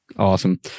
Awesome